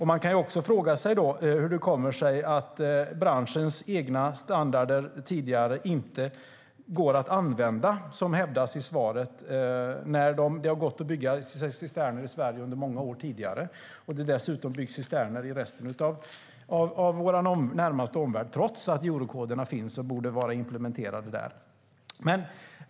Man kan också fråga sig hur det kommer sig att branschens egna standarder inte går att använda, som hävdas i svaret, när det har gått att bygga cisterner i Sverige under många år tidigare och det dessutom byggs cisterner i resten av vår närmaste omvärld trots att eurokoderna finns och borde vara implementerade där.